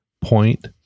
point